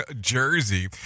Jersey